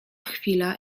chwila